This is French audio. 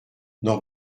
n’en